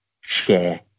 share